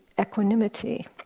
equanimity